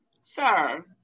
Sir